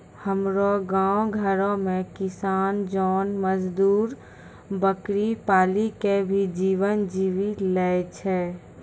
हमरो गांव घरो मॅ किसान जोन मजदुर बकरी पाली कॅ भी जीवन जीवी लॅ छय